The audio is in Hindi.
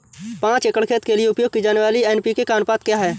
पाँच एकड़ खेत के लिए उपयोग की जाने वाली एन.पी.के का अनुपात क्या है?